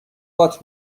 وات